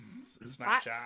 snapchat